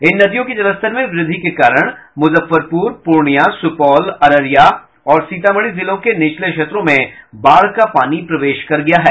इन नदियों के जलस्तर में वृद्धि के कारण मुजफ्फरपुर पूर्णियां सुपौल अररिया और सीतामढ़ी जिलों के निचले क्षेत्रों में बाढ़ का पानी प्रवेश कर गया है